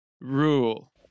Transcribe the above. rule